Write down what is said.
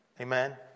amen